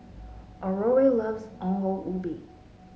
Aurore loves Ongol Ubi